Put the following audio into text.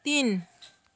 तिन